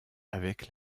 avec